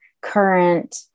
current